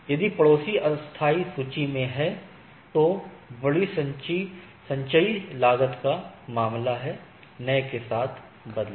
यदि पड़ोसी अस्थायी सूची में है तो बड़ी संचयी लागत का मतलब है नए के साथ बदलें